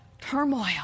turmoil